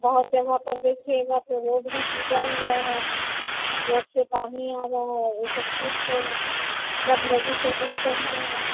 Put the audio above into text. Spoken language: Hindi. बहोत यहाँ पर देखिएगा तो रोड भी टूटा हुआ है रोड से पानी आ रहा है यह सब कुछ है गंदगी को दूर करना है